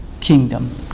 kingdom